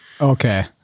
Okay